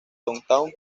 downtown